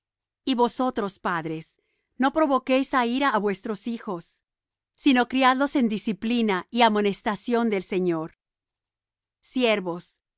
y vosotros padres no provoquéis á ira á vuestros hijos sino fhhijos sino fh amonestación del señor siervos